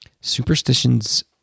superstitions